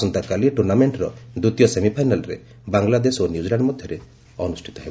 ଆସନ୍ତାକାଲି ଟୁର୍ଣ୍ଣାମେଣ୍ଟ୍ର ଦ୍ୱିତୀୟ ସେମିଫାଇନାଲ୍ରେ ବାଂଲାଦେଶ ଓ ନ୍ୟୁକିଲ୍ୟାଣ୍ଡ୍ ମଧ୍ୟରେ ଅନୁଷ୍ଠିତ ହେବ